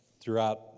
throughout